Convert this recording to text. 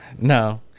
No